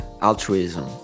altruism